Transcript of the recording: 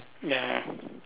ya